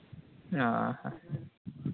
ᱦᱮᱸ